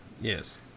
Yes